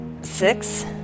Six